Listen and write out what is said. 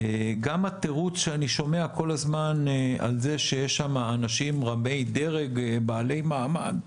גם התירוץ שאני שומע כל הזמן על זה שיש שמה אנשים רמי דרג בעלי מעמד,